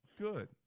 Good